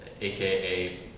AKA